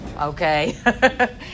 okay